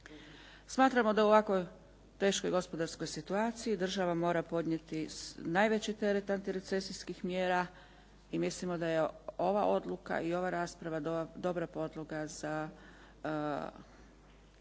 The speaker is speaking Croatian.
Smatramo da u ovakvoj teškoj gospodarskoj situaciji država mora podnijeti najveći teret antirecesijskih mjera i mislimo da je ova odluka i ova rasprava dobra podloga za